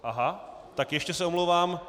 Aha, tak ještě se omlouvám.